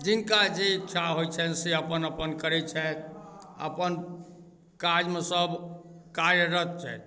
जिनका जे इच्छा होइत छनि से अपन अपन करैत छथि अपन काजमे सब कार्यरत छथि